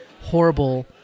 horrible